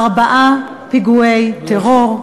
ארבעה פיגועי טרור.